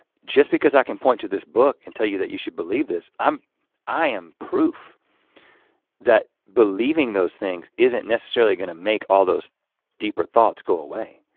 just because i can point to this book and tell you that you should believe this um i am proof that believing those things isn't necessarily gonna make all those deeper thoughts go away.